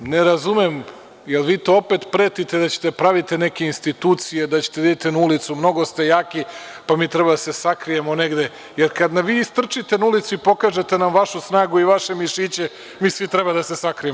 Ne razumem, da li vi to opet pretite da ćete da pravite neke institucije, da ćete da idete na ulicu, mnogo ste jaki, pa mi treba da se sakrijemo negde jer kada nam vi istrčite na ulicu i pokažete nam vašu snagu i vaše mišiće mi svi treba da se sakrijemo.